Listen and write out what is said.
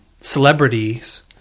celebrities